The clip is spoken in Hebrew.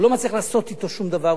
הוא לא מצליח לעשות אתו שום דבר,